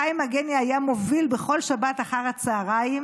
חיים מגני היה מוביל בכל שבת אחר הצוהריים